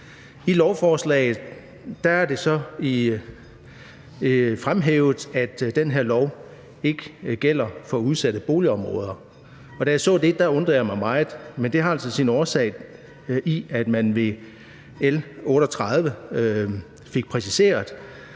I lovforslaget er det så fremhævet, at den her lov ikke gælder for udsatte boligområder, og da jeg så det, undrede jeg mig meget, men det har sin årsag i, at man med L 38 fik præciseret,